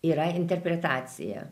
yra interpretacija